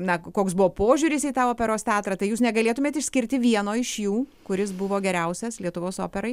na koks buvo požiūris į tą operos teatrą tai jūs negalėtumėt išskirti vieno iš jų kuris buvo geriausias lietuvos operai